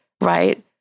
right